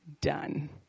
done